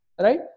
Right